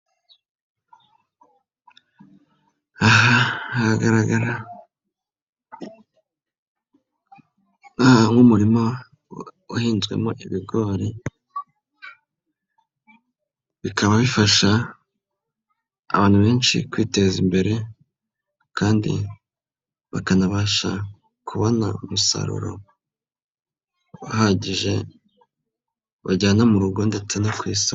Aha haragarara nk'umurima wahinzwemo ibigori, bikaba bifasha abantu benshi kwiteza imbere kandi bakanabasha kubona umusaruro uhagije bajyana mu rugo, ndetse no ku isoko.